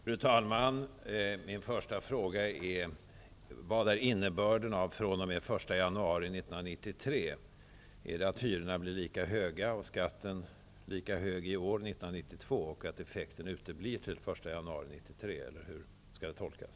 Fru talman! Min första fråga är: Vad är innebörden av ''fr.o.m. den första januari 1993''? Innebär det att hyrorna blir lika höga och skatten lika hög i år, 1992, och att effekten uteblir till den första januari 1993? Eller hur skall detta tolkas?